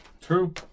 True